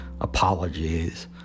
apologies